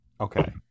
Okay